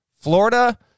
Florida-